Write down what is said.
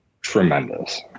tremendous